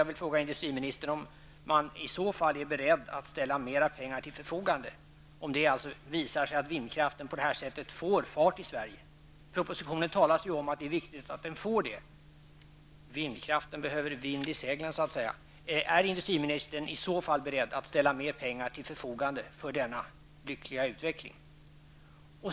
Jag vill fråga industriministern om han är beredd att ställa mer pengar till förfogande om det visar sig att vindkraften på detta sätt tar fart i Sverige. I propositionen talas det om att det är viktigt att så sker. Vindkraften behöver vind i seglen. Är industriministern i så fall beredd att ställa mer pengar till förfogande för denna lyckliga utveckling?